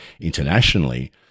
internationally